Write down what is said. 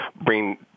bring